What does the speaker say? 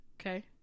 Okay